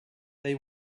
they